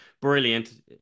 brilliant